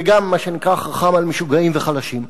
וגם מה שנקרא: חכם על משוגעים וחלשים.